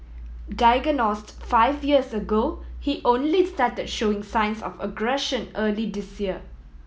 diagnosed five years ago he only started showing signs of aggression early this year